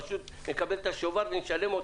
פשוט נקבל את השובר ונשלם אותו.